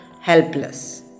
helpless